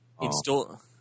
install